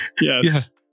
Yes